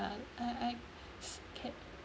I I can't